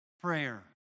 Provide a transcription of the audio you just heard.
prayer